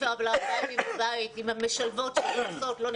הספר וארבעה ימים בבית עם המשלבות שנכנסות או לא נכנסות.